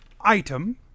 item